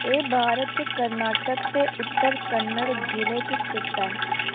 एह् भारत च कर्नाटक दे उत्तर कन्नड़ जिले च स्थित ऐ